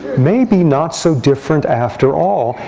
maybe not so different after all.